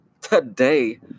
today